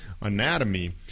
anatomy